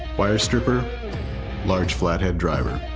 wire stripper large flat-head driver